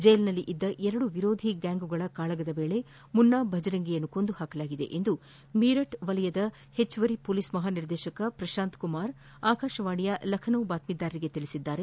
ಜೈಲಿನಲ್ಲಿದ್ದ ಎರಡು ವಿರೋಧಿ ಗ್ಯಾಂಗ್ಗಳ ಕಾಳಗದ ವೇಳೆ ಮುನ್ನಾ ಭಜರಂಗಿಯನ್ನು ಕೊಂದು ಹಾಕಲಾಗಿದೆ ಎಂದು ಮೀರತ್ ವಲಯದ ಹೆಚ್ಚುವರಿ ಹೊಲೀಸ್ ಮಹಾನಿರ್ದೇಶಕ ಪ್ರಶಾಂತ್ ಕುಮಾರ್ ಆಕಾಶವಾಣಿಯ ಲಖನೌ ಬಾತ್ನೀದಾರರಿಗೆ ತಿಳಿಸಿದ್ದಾರೆ